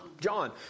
John